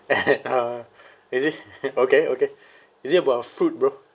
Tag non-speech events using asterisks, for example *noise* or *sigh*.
*laughs* uh is it okay okay is it about a fruit bro